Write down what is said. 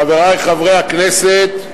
חברי חברי הכנסת,